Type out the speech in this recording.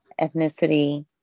ethnicity